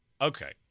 Okay